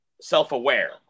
self-aware